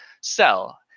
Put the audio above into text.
sell